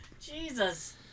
Jesus